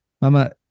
Mama